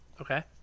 Okay